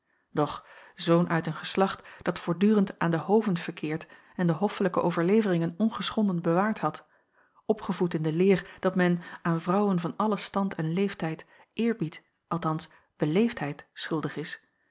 doch zoon uit een geslacht dat voortdurend aan de hoven verkeerd en de hoffelijke overleveringen ongeschonden bewaard had opgevoed in de leer dat men aan vrouwen van allen stand en leeftijd eerbied althans beleefdheid schuldig is